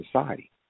society